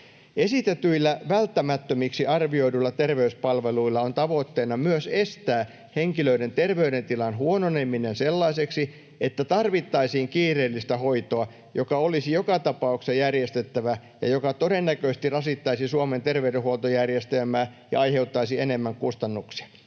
Esitetyillä välttämättömiksi arvioiduilla terveyspalveluilla on tavoitteena myös estää henkilöiden terveydentilan huononeminen sellaiseksi, että tarvittaisiin kiireellistä hoitoa, joka olisi joka tapauksessa järjestettävä ja joka todennäköisesti rasittaisi Suomen terveydenhuoltojärjestelmää ja aiheuttaisi enemmän kustannuksia.